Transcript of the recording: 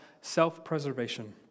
self-preservation